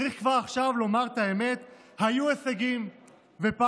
צריך כבר עכשיו לומר את האמת: היו הישגים ופעלנו